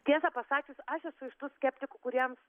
tiesą pasakius aš esu iš tų skeptikų kuriems